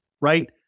right